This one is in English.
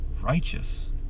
righteous